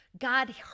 God